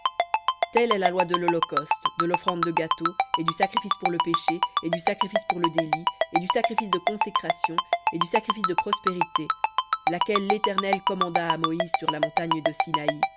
telle est la loi de l'holocauste de l'offrande de gâteau et du sacrifice pour le péché et du sacrifice pour le délit et du sacrifice de consécration et du sacrifice de prospérités laquelle l'éternel commanda à moïse sur la montagne de